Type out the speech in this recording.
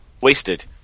wasted